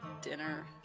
Dinner